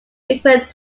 frequent